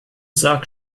sag